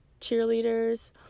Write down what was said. cheerleaders